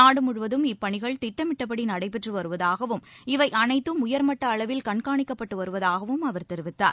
நாடு முழுவதும் இப்பணிகள் திட்டமிட்டப்படி நடைபெற்று வருவதாகவும் இவை அனைத்தும் உயர்மட்ட அளவில் கண்காணிக்கப்பட்டு வருவதாகவும் அவர் தெரிவித்தார்